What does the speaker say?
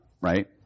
right